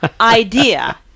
idea